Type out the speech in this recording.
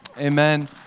Amen